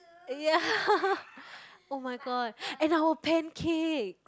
ya oh-my-god and our pancake